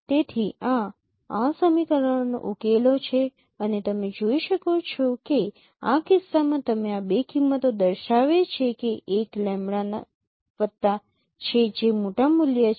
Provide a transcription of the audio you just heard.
તેથી આ આ સમીકરણોનો ઉકેલો છે અને તમે જોઈ શકો છો કે આ કિસ્સામાં તમે આ બે કિંમતો દર્શાવે છે કે એક લેમ્બડા વત્તા છે જે મોટા મૂલ્ય છે